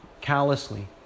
callously